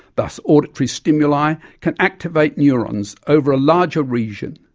thus auditory stimuli can activate neurons over a larger region,